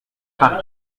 paris